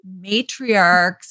matriarchs